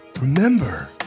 remember